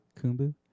Kumbu